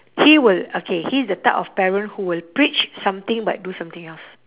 he will okay he's the type of parent who will preach something but do something else